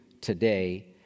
today